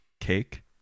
cake